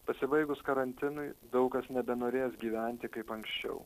pasibaigus karantinui daug kas nebenorės gyventi kaip anksčiau